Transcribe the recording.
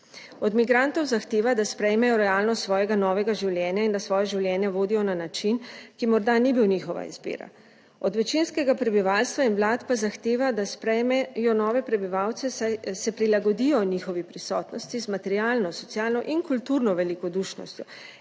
Od migrantov zahteva, da sprejmejo realnost svojega novega življenja in da svoje življenje vodijo na način, ki morda ni bil njihova izbira. Od večinskega prebivalstva in vlad pa zahteva, da sprejmejo nove prebivalce, saj se prilagodijo njihovi prisotnosti z materialno, socialno in kulturno velikodušnostjo,